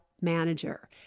manager